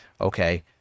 Okay